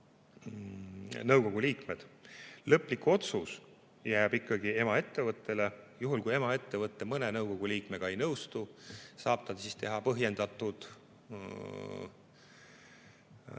nõukogu liikmed. Lõplik otsus jääb ikkagi emaettevõttele. Juhul kui emaettevõte mõne nõukogu liikmega ei nõustu, saab ta teha